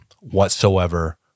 whatsoever